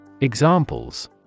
Examples